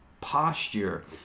posture